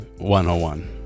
101